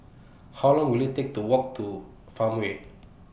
How Long Will IT Take to Walk to Farmway